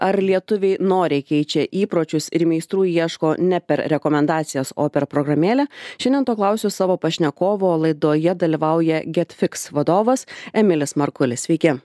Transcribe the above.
ar lietuviai noriai keičia įpročius ir meistrų ieško ne per rekomendacijas o per programėlę šiandien to klausiu savo pašnekovo laidoje dalyvauja getfiks vadovas emilis markulis sveiki